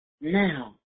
now